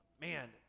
man